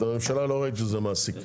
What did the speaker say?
את הממשלה לא ראיתי שזה מעסיק.